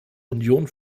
union